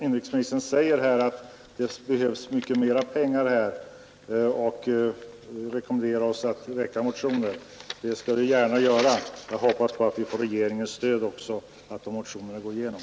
Inrikesministern sade också att det behövs mer pengar, om vi skall öka beredskapsarbetena, och han rekommenderade därför oss att väcka motioner i ärendet. Det skall vi gärna göra. Jag hoppas att vi då också får regeringspartiets stöd, så att motionerna går igenom.